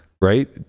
Right